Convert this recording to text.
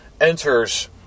enters